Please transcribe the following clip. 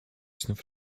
znowu